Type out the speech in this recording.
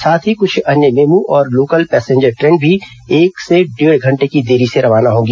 साथ ही कुछ अन्य मेमू और लोकल पैसेंजर ट्रेन भी एक से डेढ घंटे की देरी से रवाना होगी